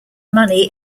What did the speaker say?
money